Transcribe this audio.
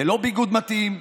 ללא ביגוד מתאים,